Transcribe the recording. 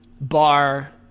bar